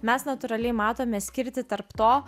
mes natūraliai matome skirtį tarp to